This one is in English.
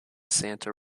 santa